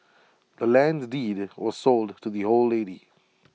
the land's deed was sold to the old lady